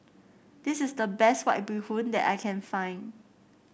this is the best White Bee Hoon that I can find